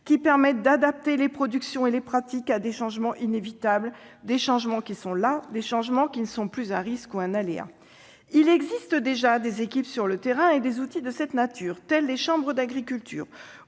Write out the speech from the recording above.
qui permettent d'adapter les productions et les pratiques à des changements inévitables, des changements qui sont là, des changements qui ne sont plus un risque ou un aléa ! Il existe déjà des équipes sur le terrain et des outils de cette nature. Je pense aux chambres d'agriculture.